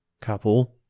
couple